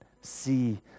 see